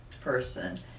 person